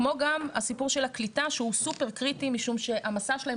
כמו גם הסיפור של הקליטה שהוא סופר קריטי משום שהמסע שלהם